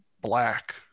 black